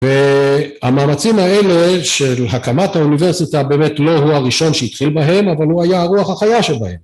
והמאמצים האלה של הקמת האוניברסיטה באמת לא הוא הראשון שהתחיל בהם, אבל הוא היה הרוח החיה שבהם.